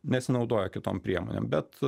nesinaudoja kitom priemonėm bet